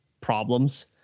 problems